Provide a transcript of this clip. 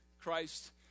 Christ